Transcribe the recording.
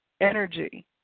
energy